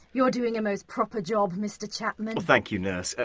you're doing a most proper job, mr. chapman. thank you, nurse.